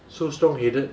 so strong-headed